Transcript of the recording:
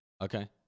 Okay